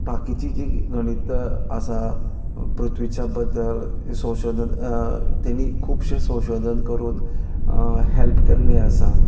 बाकिचीं जीं गणितां आसा पृथ्विच्या बद्दल ह्यो संशोधन तेणीं खुबशें संशोधन करून हेल्प केल्लें आसा